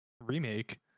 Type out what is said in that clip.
remake